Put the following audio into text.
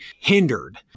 hindered